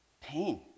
pain